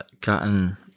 gotten